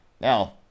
Now